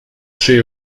three